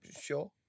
sure